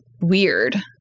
weird